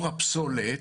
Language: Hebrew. מחזור הפסולת,